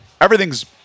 everything's